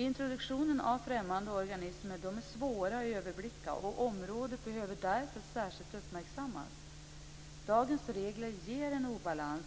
Introduktionen av främmande organismer är svår att överblicka, och området behöver därför särskilt uppmärksammas. Dagens regler ger en obalans